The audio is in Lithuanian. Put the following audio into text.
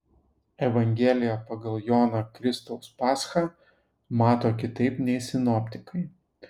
evangelija pagal joną kristaus paschą mato kitaip nei sinoptikai